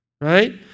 right